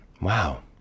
Wow